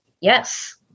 Yes